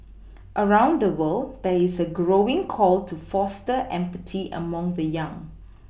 around the world there is a growing call to foster empathy among the young